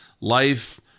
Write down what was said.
life